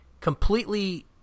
completely